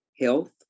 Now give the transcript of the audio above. health